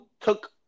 took